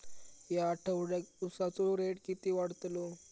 या आठवड्याक उसाचो रेट किती वाढतलो?